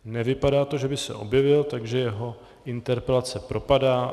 Nevypadá to, že by se objevil, takže jeho interpelace propadá.